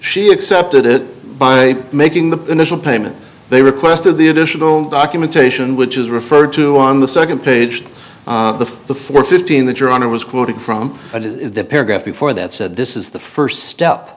she accepted it by making the initial payment they requested the additional documentation which is referred to on the second page of the four fifteen that your honor was quoting from the paragraph before that said this is the first step